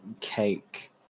cake